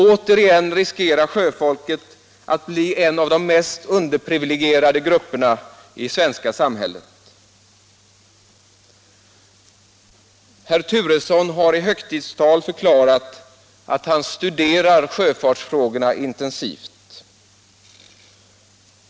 Återigen riskerar sjöfolket att bli en av de mest underprivilegierade grupperna i det svenska samhället. Herr Turesson har i högtidstal förklarat att han studerar sjöfartsfrågorna intensivt.